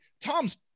Tom's